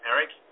Eric